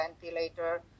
ventilator